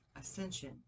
Ascension